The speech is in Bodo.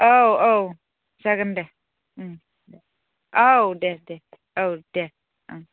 औ औ जागोन दे दे औ दे दे दे औ दे ओं